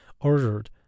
ordered